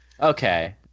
Okay